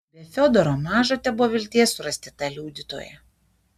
be fiodoro maža tebuvo vilties surasti tą liudytoją